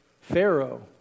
Pharaoh